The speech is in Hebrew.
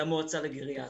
למועצה לגריאטריה,